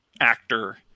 actor